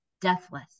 deathless